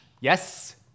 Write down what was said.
Yes